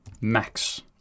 max